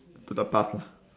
to the past lah